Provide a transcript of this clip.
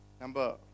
Number